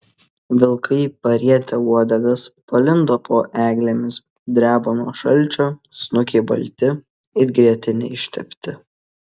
vilkai parietę uodegas palindo po eglėmis dreba nuo šalčio snukiai balti it grietine ištepti